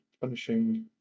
punishing